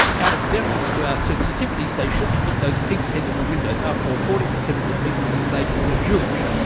out of deference to our sensitivities they shouldn't put those pigs' heads in the windows, after all forty per cent of the people in this neighbourhood are jewish.